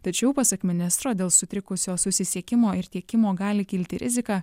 tačiau pasak ministro dėl sutrikusio susisiekimo ir tiekimo gali kilti rizika